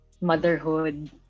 motherhood